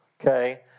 okay